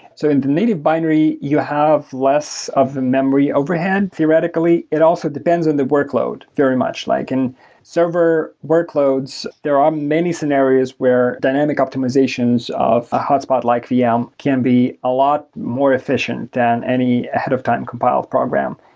so in the native binary, you have less of the memory overhead theoretically. theoretically. it also depends on the workload very much. like in server workloads, there are many scenarios where dynamic optimizations of a hotspot-like vm can be a lot more efficient than any ahead of time compile program.